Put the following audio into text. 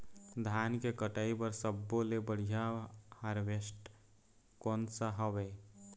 धान के कटाई बर सब्बो ले बढ़िया हारवेस्ट कोन सा हवए?